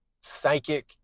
psychic